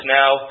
now